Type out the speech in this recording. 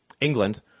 England